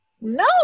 no